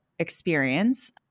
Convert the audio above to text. experience